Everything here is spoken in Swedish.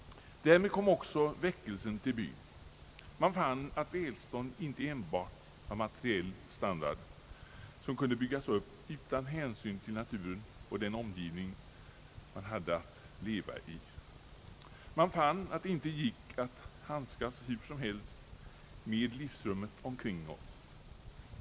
Därmed kom också väckelsen till byn. Man fann att välstånd inte enbart var materiell standard som kunde byggas upp utan hänsyn till naturen och den omgivning man hade att leva i. Man fann att det inte gick att handskas hur som helst med livsrummet omkring oss.